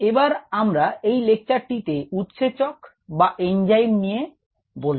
এবার আমরা এই লেকচারটি তে উৎসেচক বা এনজাইম নিয়ে বলব